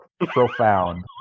profound